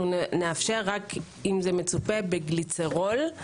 נאפשר רק אם זה מצופה בגליצרול.